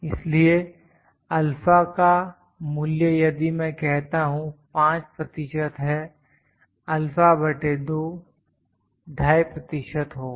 इसलिए α अल्फा का मूल्य यदि मैं कहता हूं 5 प्रतिशत है α अल्फा बटे 2 25 प्रतिशत होगा